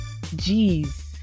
jeez